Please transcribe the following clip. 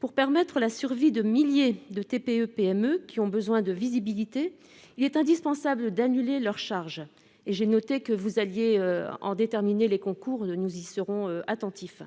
Pour permettre la survie de milliers de TPE-PME, qui ont besoin de visibilité, il est indispensable d'annuler leurs charges. J'ai noté que vous alliez en déterminer les modalités, auxquelles nous serons attentifs.